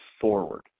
forward